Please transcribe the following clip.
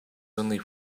only